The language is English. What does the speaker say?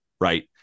right